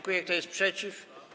Kto jest przeciw?